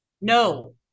No